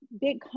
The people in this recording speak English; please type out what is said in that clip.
big